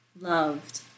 loved